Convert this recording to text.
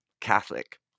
Catholic